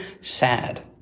sad